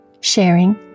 sharing